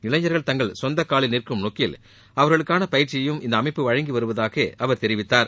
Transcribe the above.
இளைஞர்கள் தங்கள் சொந்த காலில் நிற்கும் நோக்கில் அவர்களுக்கான பயிற்சியையும் இந்த அமைப்பு வழங்கி வருவதாக அவர் தெரிவித்தார்